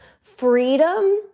freedom